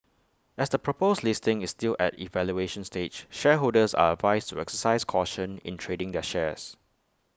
as the proposed listing is still at evaluation stage shareholders are advised to exercise caution in trading their shares